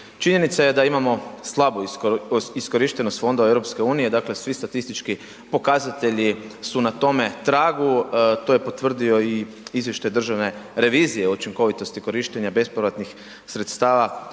Činjenica je da imamo slabu iskorištenost fondova EU, dakle svi statistički pokazatelji su na tome tragu, to je potvrdio i izvještaj državne revizije o učinkovitosti korištenja bespovratnih sredstava